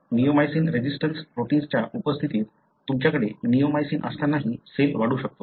neomycin resistance प्रोटीनच्या उपस्थितीत तुमच्याकडे निओमायसिन असतानाही सेल वाढू शकतो